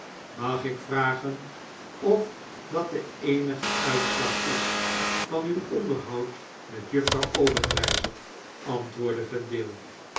mag ik vragen of dat de eenige uitslag is van uw onderhoud met juffrouw obenreizer antwoordde vendale